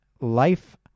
life